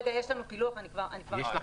יש לנו פילוח, אני כבר אציג.